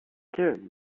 turn